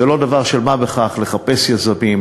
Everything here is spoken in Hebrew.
זה לא דבר של מה בכך לחפש יזמים,